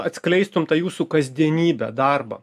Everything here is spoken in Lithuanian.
atskleistum tą jūsų kasdienybę darbą